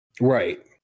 Right